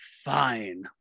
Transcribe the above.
fine